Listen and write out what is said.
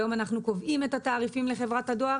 היום אנחנו קובעים את התעריפים לחברת הדואר